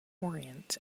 orient